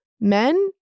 men